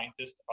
scientists